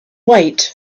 wait